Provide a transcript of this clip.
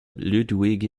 ludwig